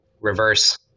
reverse